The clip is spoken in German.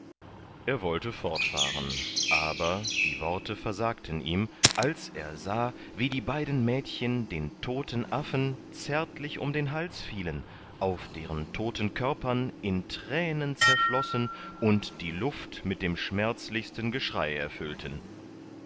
er wollte fortfahren aber die worte versagten ihm als er sah wie die beiden mädchen den todten affen zärtlich um den hals fielen auf deren todten körpern in thränen zerflossen und die luft mit dem schmerzlichsten geschrei erfüllten